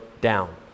down